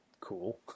cool